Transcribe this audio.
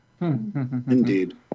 Indeed